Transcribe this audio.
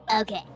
Okay